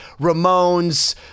Ramones